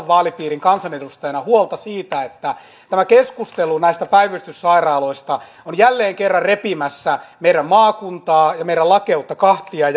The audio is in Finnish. vaalipiirin kansanedustajana huolta siitä että tämä keskustelu päivystyssairaaloista on jälleen kerran repimässä meidän maakuntaa ja meidän lakeutta kahtia